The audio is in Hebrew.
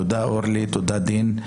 תודה, אורלי, תודה דין,